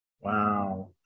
Wow